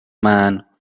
man